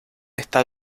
está